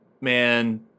man